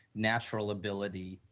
natural ability.